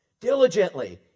Diligently